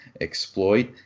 exploit